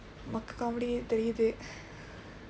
மொக்க:mokka comedy தெரியுது:theriyuthu